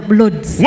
loads